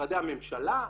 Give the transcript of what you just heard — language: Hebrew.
משרדי הממשלה,